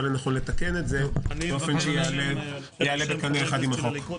לנכון לתקן את זה באופן שיעלה בקנה אחד עם החוק.